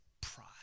pride